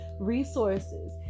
resources